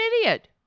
idiot